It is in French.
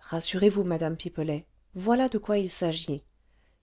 rassurez-vous madame pipelet voilà de quoi il s'agit